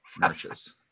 marches